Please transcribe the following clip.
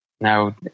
Now